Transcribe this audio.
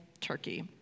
Turkey